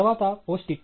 తరువాత post it